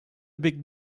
big